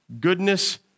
goodness